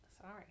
Sorry